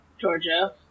Georgia